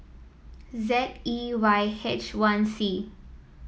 Z E Y H one C